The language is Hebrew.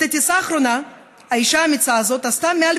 את הטיסה האחרונה האישה האמיצה הזאת עשתה מעל